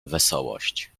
wesołość